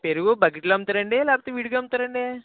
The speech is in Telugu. పెరుగు బకెట్లో అమ్ముతారండి లేకపోతే విడిగా అమ్ముతారండి